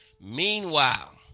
meanwhile